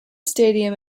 stadium